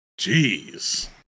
Jeez